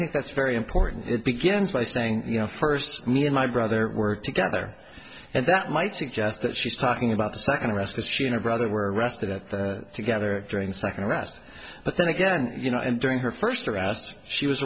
think that's very important it begins by saying you know first me and my brother were together and that might suggest that she's talking about the second arrest as she and her brother were arrested at the together during the second arrest but then again you know and during her first arrest she was